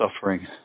suffering